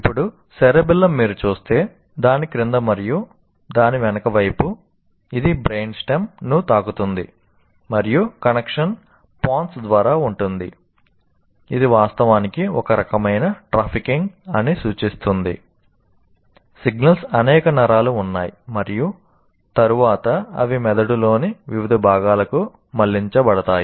ఇప్పుడు సెరెబెల్లమ్ ద్వారా ఉంటుంది ఇది వాస్తవానికి ఒక రకమైన ట్రాఫికింగ్ అని సూచిస్తుంది సిగ్నల్స్ అనేక నరాలు ఉన్నాయి మరియు తరువాత అవి మెదడులోని వివిధ భాగాలకు మళ్ళించబడతాయి